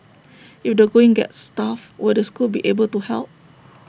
if the going gets tough will the school be able to help